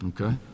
Okay